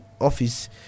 office